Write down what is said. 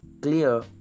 clear